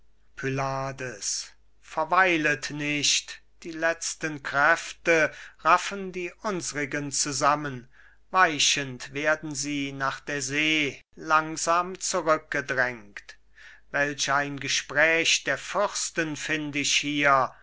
pylades verweilet nicht die letzte kräfte raffen die unsrigen zusammen weichend werden sie nach der see langsam zurückgedrängt welch ein gespräch der fürsten find ich hier